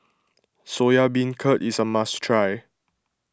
Soya Beancurd is a must try